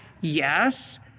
Yes